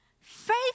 Faith